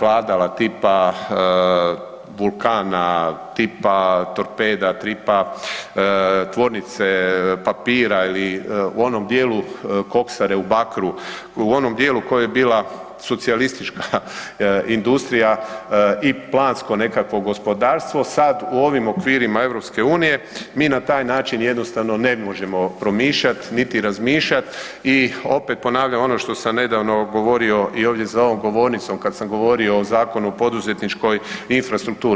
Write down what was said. vladala, tipa Vulkana, tipa Torpeda, tipa tvornice papira ili u onom dijelu Koksare u Bakru, u onom dijelu koji je bila socijalistička industrija, i plansko nekakvo gospodarstvo, sad u ovim okvirima EU mi na taj način jednostavno ne možemo promišljati niti razmišljati i opet ponavljam ono što sam nedavno govorio i ovdje za ovog govornicom, kad sam govorio o Zakonu o poduzetničkoj infrastrukturi.